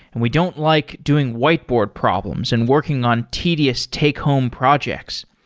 and we don't like doing whiteboard problems and working on tedious take home projects.